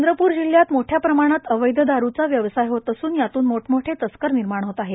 चंद्रपूर जिल्ह्यात मोठ्या प्रमाणात अवैध दारूचा व्यवसाय होत असून यातून मोठ मोठे तस्कर निर्माण होत आहेत